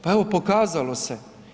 Pa evo pokazalo se.